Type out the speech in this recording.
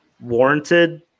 warranted